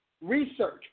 Research